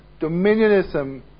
dominionism